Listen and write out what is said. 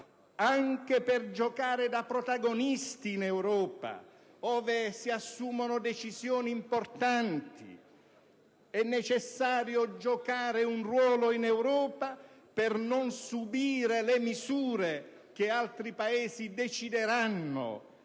anche per giocare da protagonisti in Europa, ove si assumono decisioni importanti. È necessario giocare un ruolo in Europa per non subire le misure che altri Paesi decideranno